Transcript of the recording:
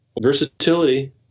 Versatility